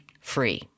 free